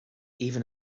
even